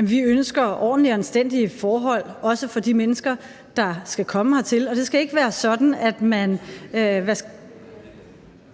(NB): Vi ønsker ordentlige og anstændige forhold, også for de mennesker, der skal komme hertil, og det skal ikke være sådan, at man